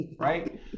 Right